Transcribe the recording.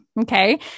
Okay